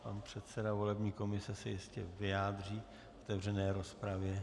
Pan předseda volební komise se jistě vyjádří v otevřené rozpravě.